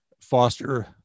foster